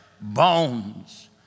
bones